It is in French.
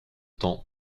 temps